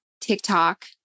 TikTok